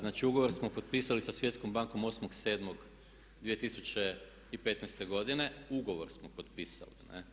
Znači ugovor smo potpisali sa Svjetskom bankom 8.7.2015. godine, ugovor smo potpisali.